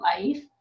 life